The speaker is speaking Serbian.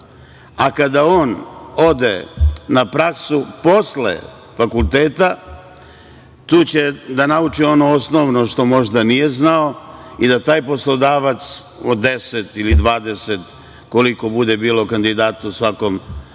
Kada on ode na praksu posle fakulteta, tu će da nauči ono osnovno što možda nije znao i da taj poslodavac, od 10 ili 20 koliko bude bilo kandidata u svakom